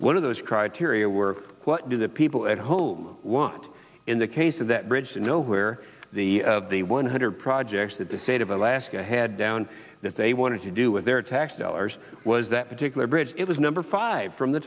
one of those criteria were what do the people at home want in the case of that bridge to nowhere the the one hundred projects that the state of alaska had down that they wanted to do with their tax dollars was that particular bridge it was number five from the